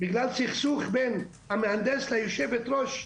בגלל סכסוך בין המהנדס ליושבת הראש,